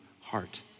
heart